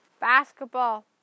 Basketball